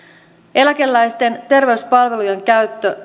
eläkeläisten sekä terveyspalvelujen käyttö